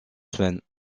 semaines